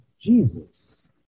Jesus